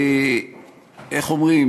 איך אומרים,